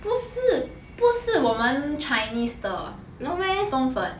不是不是我们 chinese 的冬粉